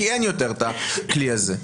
כי אין יותר את הכלי הזה.